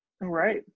right